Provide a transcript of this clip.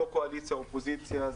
קואליציה-אופוזיציה,